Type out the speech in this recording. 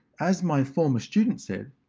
as my former student said,